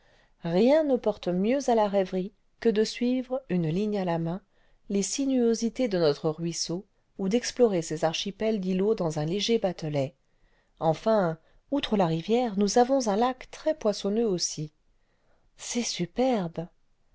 rien ne porte mieux à la rêverie que cle suivre une ligue à la main les sinuosités de notre ruisseau ou d'explorer ses archipels d'îlots clans un léger batelet enfin outre la rivière nous avons un lac très poissonneux aussi c'est superbe